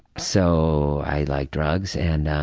so i like drugs. and